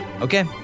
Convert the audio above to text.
Okay